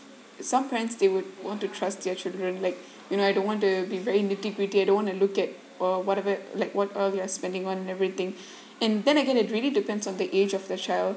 some parents they would want to trust their children like you know I don't want to be very nitty gritty I don't wanna look at or whatever like what are they spending on and everything and then again it really depends on the age of the child